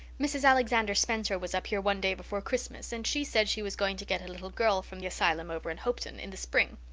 mrs. alexander spencer was up here one day before christmas and she said she was going to get a little girl from the asylum over in hopeton in the spring.